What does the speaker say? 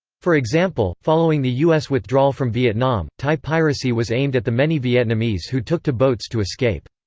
for example, following the u s. withdrawal from vietnam, thai piracy was aimed at the many vietnamese who took to boats to escape.